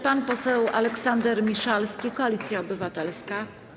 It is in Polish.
Pan poseł Aleksander Miszalski, Koalicja Obywatelska.